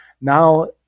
Now